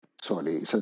Sorry